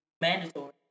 mandatory